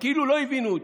כאילו לא הבינו אותי.